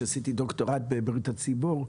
כשעשיתי דוקטורט בבריאות הציבור,